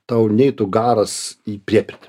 tau neitų garas į priepirtį